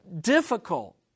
difficult